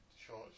short